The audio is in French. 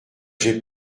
j’ai